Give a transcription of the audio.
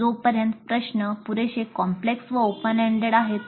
जोपर्यंत प्रश्न पुरेशे कॉम्प्लेक्स व ओपन एंडेड असल्याचे दिसेल